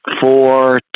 four